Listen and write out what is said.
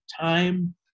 time